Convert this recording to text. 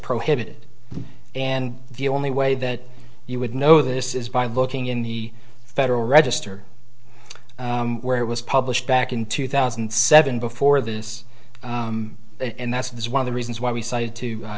prohibited and the only way that you would know this is by looking in the federal register where it was published back in two thousand and seven before this and that is one of the reasons why we cited two